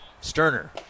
Sterner